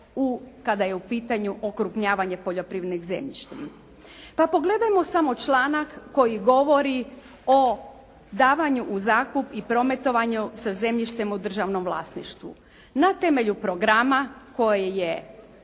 kada je u pitanju okrupnjavanje poljoprivrednim zemljištem. Pa pogledajmo samo članak koji govori o davanju u zakup i prometovanju sa zemljištem u državnom vlasništvu. Na temelju programa koji je